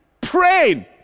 praying